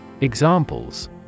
Examples